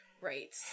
Right